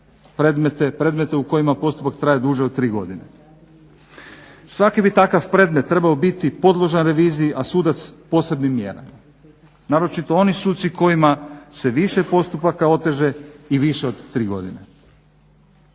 predmete u kojima postupak traje duže od tri godine. Svaki bi takav predmet trebao biti podložan reviziji, a sudac posebnim mjerama, naročito oni suci kojima se više postupaka oteže i više od tri godine.